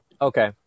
Okay